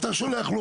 אתה שולח לו